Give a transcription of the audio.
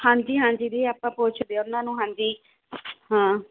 ਹਾਂਜੀ ਹਾਂਜੀ ਦੀ ਆਪਾਂ ਪੁੱਛਦੇ ਆ ਉਹਨਾਂ ਨੂੰ ਹਾਂਜੀ ਹਾਂ